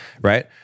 right